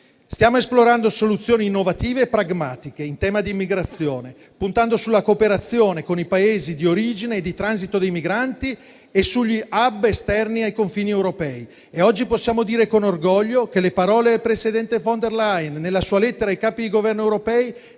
Stiamo esplorando soluzioni innovative e pragmatiche in tema d'immigrazione, puntando sulla cooperazione con i Paesi di origine e transito dei migranti e sugli *hub* esterni ai confini europei. Oggi possiamo dire con orgoglio che le parole del presidente von der Leyen nella sua lettera ai Capi di Governo europei